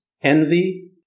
envy